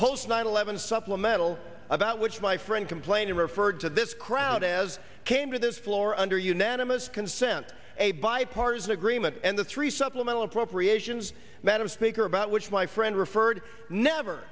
post nine eleven supplemental about which my friend complain referred to this crowd as came to this floor under unanimous consent a bipartisan agreement and the three supplemental appropriations madam speaker about which my friend referred never